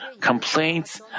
complaints